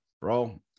bro